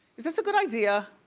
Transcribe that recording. is this a good idea?